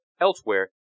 elsewhere